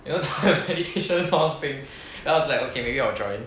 you know the meditation hall thing then I was like okay maybe I will join